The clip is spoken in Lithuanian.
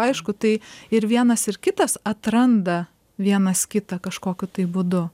aišku tai ir vienas ir kitas atranda vienas kitą kažkokiu tai būdu